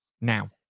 now